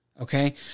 okay